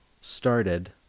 started